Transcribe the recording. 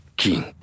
king